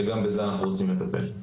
שגם בזה אנחנו רוצים לטפל.